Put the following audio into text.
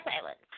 silence